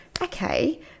okay